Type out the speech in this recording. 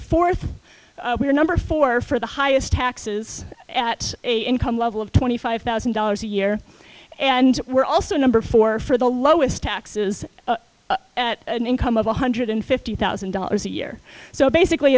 fourth we are number four for the highest taxes at a income level of twenty five thousand dollars a year and we're also number four for the lowest taxes at an income of one hundred fifty thousand dollars a year so basically